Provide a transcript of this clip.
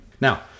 Now